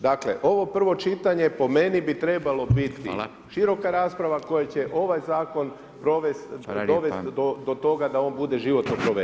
Dakle ovo prvo čitanje po meni bi trebalo biti široka rasprava koja će ovaj zakon dovest do toga da on bude životno provediv.